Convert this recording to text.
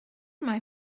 mai